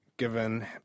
given